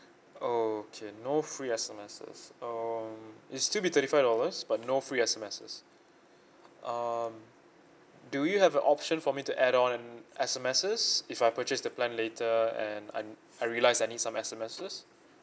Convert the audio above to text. oh okay no free S_M_Ss um it'll still be thirty five dollars but no free S_M_Ss um do you have an option for me to add on an S_M_Ss if I purchase the plan later and I'm I realise I need some S_M_Ss